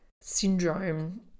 syndrome